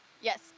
Yes